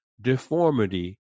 deformity